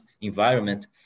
environment